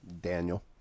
Daniel